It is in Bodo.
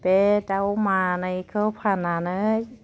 बे दाउ मानैखौ फाननानै